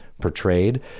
portrayed